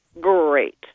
great